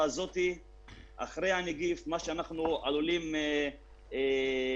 אנחנו מחפשים פתרונות,